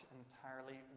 entirely